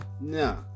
No